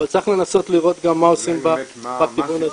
אבל צריך לנסות לראות גם מה עושים בכיוון הזה.